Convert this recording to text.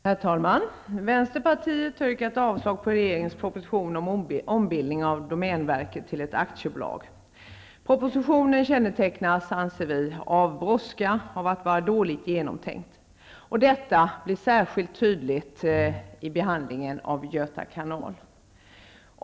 Herr talman! Vänsterpartiet har yrkat avslag på regeringens proposition om ombildning av domänverket till ett aktiebolag. Vi anser att propositionen kännetecknas av brådska och av att vara dåligt genomtänkt. Detta blir särskilt tydligt i behandlingen av Göta kanal.